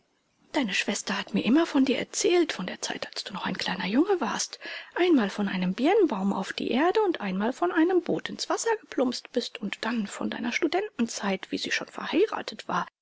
deine schwester hat mir immer von dir erzählt von der zeit als du noch ein kleiner junge warst einmal von einem birnbaum auf die erde und einmal von einem boot ins wasser geplumpst bist und dann von deiner studentenzeit wie sie schon verheiratet war